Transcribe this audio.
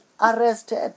arrested